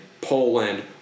Poland